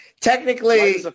technically